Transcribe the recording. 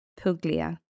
Puglia